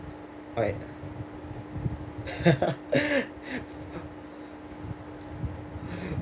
like